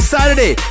Saturday